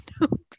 nope